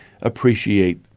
appreciate